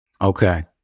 Okay